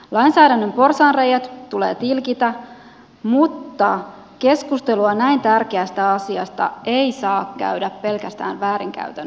lainsäädännön porsaanreiät tulee tilkitä mutta keskustelua näin tärkeästä asiasta ei saa käydä pelkästään väärinkäytön värittämänä